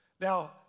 Now